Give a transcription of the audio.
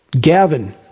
Gavin